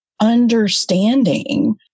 understanding